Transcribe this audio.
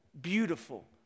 beautiful